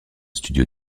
studio